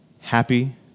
happy